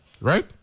right